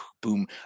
Boom